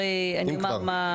אם כבר.